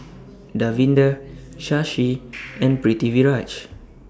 Davinder Shashi and Pritiviraj